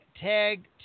tag